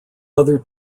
other